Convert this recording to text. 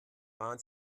waren